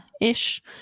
Ish